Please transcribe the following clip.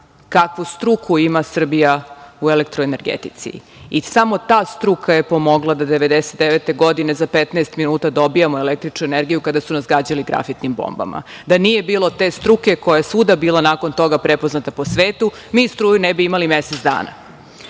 kakvu struku ima Srbija u elektroenergetici i samo ta struka je mogla 1999. godine da za 15 minuta dobijemo električnu energiju kada su nas gađali grafitnim bombama. Da nije bilo te struke koja je svuda bila nakon toga poznata po svetu mi struju ne bi imali mesec dana.